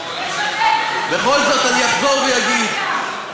לשתף את הציבור זו הדמוקרטיה.